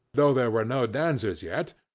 though there were no dancers yet,